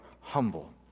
humble